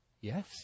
yes